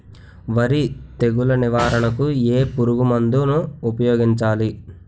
వరి తెగుల నివారణకు ఏ పురుగు మందు ను ఊపాయోగించలి?